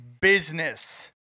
business